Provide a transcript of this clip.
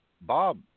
Bob